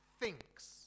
thinks